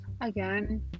Again